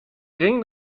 ring